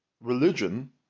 Religion